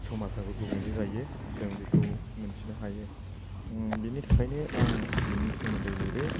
समाजाबो गुबुंले जायो जों बेखौ मोनथिनो हायो बेनि थाखायनो आं बिनि सोमोन्दै लिरो